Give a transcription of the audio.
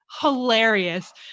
hilarious